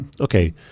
okay